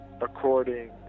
according